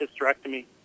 hysterectomy